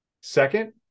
Second